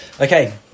okay